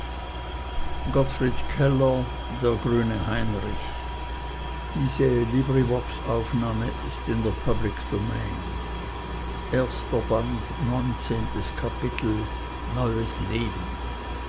neunzehntes kapitel neues leben